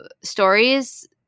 stories